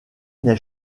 n’ai